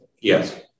Yes